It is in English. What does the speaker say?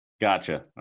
Gotcha